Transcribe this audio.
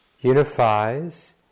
unifies